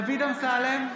דוד אמסלם,